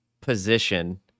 position